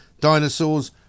dinosaurs